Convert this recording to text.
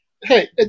Hey